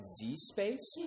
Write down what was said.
Z-space